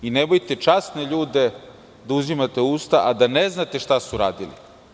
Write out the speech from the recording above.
Nemojte časne ljude da uzimate u usta, a da ne znate šta su radili.